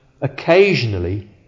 occasionally